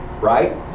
right